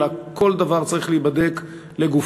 אלא כל דבר צריך להיבדק לגופו.